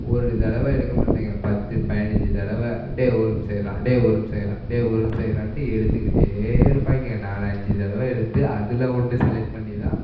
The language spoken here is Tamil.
ஒரு தடவை எடுக்க மாட்டேங்கிறான் பத்து பதினஞ்சி தடவை டேய் ஒரு நிமிடம் இருடா டேய் ஒரு நிமிடம் இருடா டேய் ஒரு நிமிடம் இருறான்ட்டு எடுத்துக்கிட்டே இருப்பாய்ங்க நாலு அஞ்சு தடவை எடுத்து அதில் ஒன்று செலெக்ட் பண்ணி தான்